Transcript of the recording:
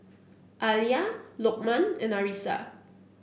Alya Lokman and Arissa